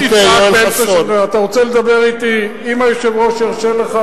תחליט אם אתה מדבר לממשלת הליכוד או